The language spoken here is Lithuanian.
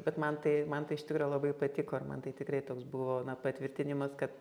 bet man tai man tai iš tikro labai patiko ir man tai tikrai toks buvo patvirtinimas kad